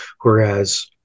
whereas